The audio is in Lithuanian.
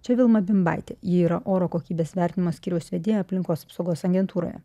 čia vilma bimbaitė ji yra oro kokybės vertinimo skyriaus vedėja aplinkos apsaugos agentūroje